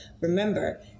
Remember